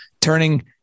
turning